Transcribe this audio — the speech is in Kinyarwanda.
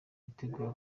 biteguye